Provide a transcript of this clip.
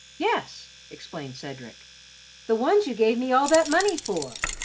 yes! explained cedric the ones you gave me all that money for,